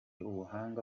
ubuhanga